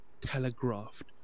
telegraphed